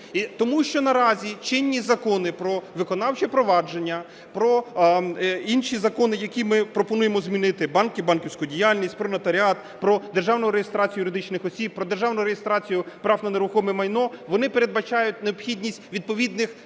тому що наразі чинні закони "Про виконавче провадження", про... інші закони, які ми пропонуємо змінити, банк і банківську діяльність, "Про нотаріат", про державну реєстрацію юридичних осіб, про державну реєстрацію прав на нерухоме майно, вони передбачають необхідність відповідних письмових